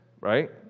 right